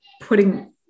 putting